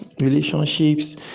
relationships